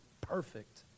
perfect